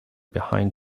behind